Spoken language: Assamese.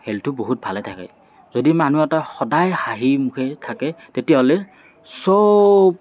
হেলথটো বহুত ভালে থাকে যদি মানুহ এটা সদায় হাঁহি মুখেৰে থাকে তেতিয়াহ'লে সব